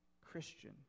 Christian